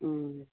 మ్మ్